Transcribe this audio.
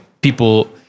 People